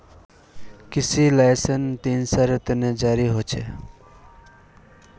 कृषि लाइसेंस तीन सालेर त न जारी ह छेक